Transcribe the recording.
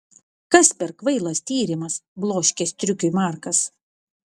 kas per kvailas tyrimas bloškė striukiui markas